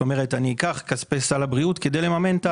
כלומר אקח כספי סל הבריאות כדי לממן.